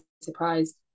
surprised